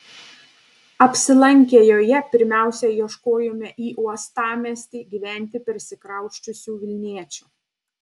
apsilankę joje pirmiausia ieškojome į uostamiestį gyventi persikrausčiusių vilniečių